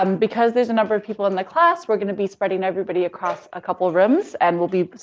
um because there's a number of people in the class, we're gonna be spreading everybody across a couple of rooms, and will be,